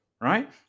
right